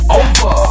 over